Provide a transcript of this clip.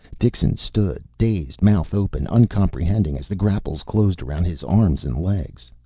dixon stood dazed, mouth open, uncomprehending, as the grapples closed around his arms and legs.